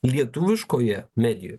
lietuviškoje medijoje